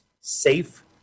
safe